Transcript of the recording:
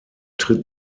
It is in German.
tritt